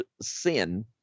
sin